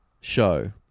show